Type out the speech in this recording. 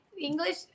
English